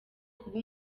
kuba